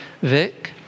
Vic